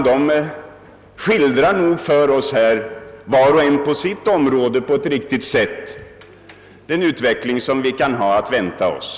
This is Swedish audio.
De skildrar nog för oss, var och en på sitt område, på ett riktigt sätt den utveckling vi kan ha att vänta oss.